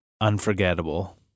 unforgettable